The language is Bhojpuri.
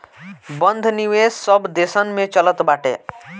बंध निवेश सब देसन में चलत बाटे